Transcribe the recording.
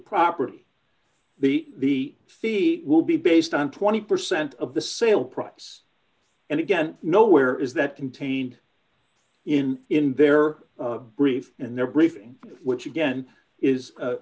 property the feet will be based on twenty percent of the sale price and again nowhere is that contained in in their brief and their briefing which again is